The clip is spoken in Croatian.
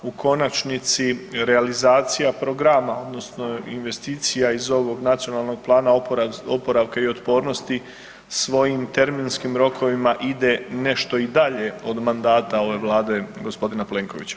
U konačnici realizacija programa odnosno investicija iz ovog Nacionalnog plana oporavka i otpornosti svojim terminskim rokovima ide nešto i dalje od mandata ove Vlade gospodina Plenkovića.